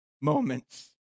moments